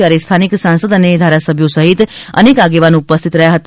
ત્યારે સ્થાનિક સાંસદ અને ધારાસભ્યો સહિત અનેક આગેવાન ઉપસ્થિત હતા